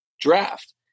draft